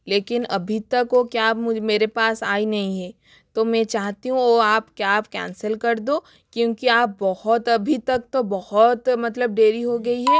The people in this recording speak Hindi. लेकिन अभी तक वो कैब मेरे पास आई नहीं है तो में चाहती हूँ वो आप कैब कैंसिल कर दो क्योंकि आप बहुत अभी तक तो बहुत मतलब देरी हो गई है